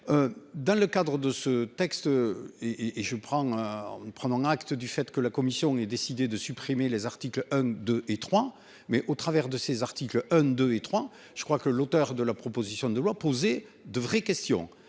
Dans le cadre de ce texte et et je prends. Prenant acte du fait que la commission et décidé de supprimer les articles 2 et 3 mai au travers de ses articles 1 2 et 3. Je crois que l'auteur de la proposition de loi poser de vraies questions